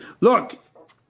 Look